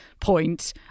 point